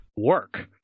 work